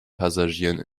passagieren